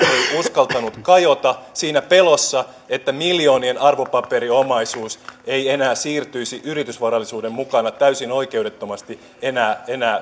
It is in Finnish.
uskaltanut kajota siinä pelossa että miljoonien arvopaperiomaisuus ei enää siirtyisi yritysvarallisuuden mukana täysin oikeudettomasti